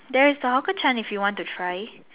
there is the hawker Chinese if you want to try